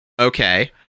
okay